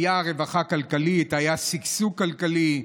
הייתה רווחה כלכלית, היה שגשוג כלכלי,